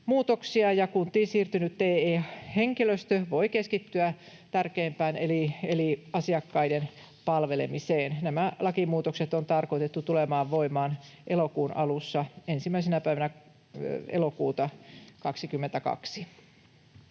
muutoksia ja kuntiin siirtynyt TE-henkilöstö voi keskittyä tärkeimpään eli asiakkaiden palvelemiseen. Nämä lakimuutokset on tarkoitettu tulemaan voimaan elokuun alussa, 1. päivänä elokuuta 22.